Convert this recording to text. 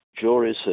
juries